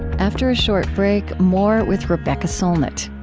after a short break, more with rebecca solnit.